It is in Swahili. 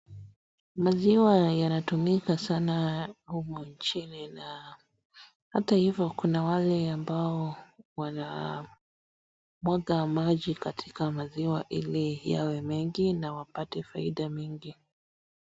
Maziwa yanatumika sana humu nchini na hata hivo kuna wale wanamwaga maji katika maziwa ili yawe mengi na wapate faida mingi.